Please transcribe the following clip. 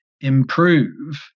improve